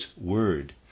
word